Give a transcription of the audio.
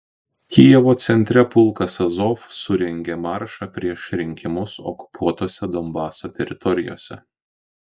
kijevo centre pulkas azov surengė maršą prieš rinkimus okupuotose donbaso teritorijose